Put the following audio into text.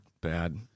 bad